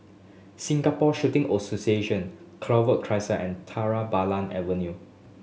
Singapore Shooting Association Clover Crescent and Tera Bulan Avenue